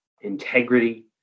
integrity